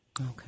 Okay